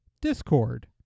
Discord